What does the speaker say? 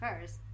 first